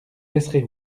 laisserez